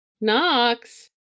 Knox